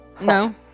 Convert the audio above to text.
no